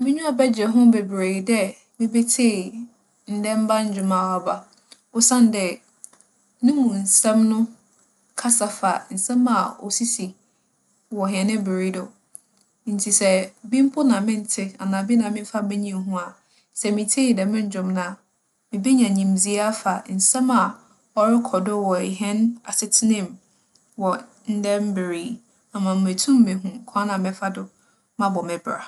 M'enyiwa bɛgye ho beberee dɛ mibetsie ndaamba ndwom a wͻaba osiandɛ no mu nsɛm no kasa fa nsɛm a osisi wͻ hɛn ber yi do. Ntsi sɛ bi mpo na menntse anaa bi na memmfa m'enyi nnhu a, sɛ mitsie dɛm ndwom no a, mibenya nyimdzee afa nsɛm a ͻrokͻ do wͻ hɛn asetsena mu wͻ ndɛ mber yi. Ama meetum meehu kwan a mɛfa do mabͻ me bra.